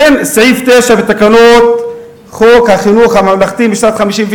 כן, סעיף 9 בתקנות חוק חינוך ממלכתי משנת 1953?